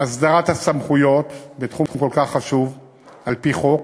הסדרת הסמכויות בתחום כל כך חשוב על-פי חוק,